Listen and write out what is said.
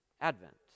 Advent